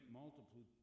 multiple